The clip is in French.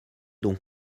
donc